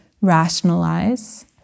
rationalize